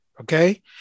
Okay